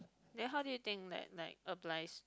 then how do you think that like applies